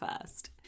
first